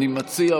אני מציע,